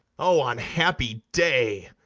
o unhappy day!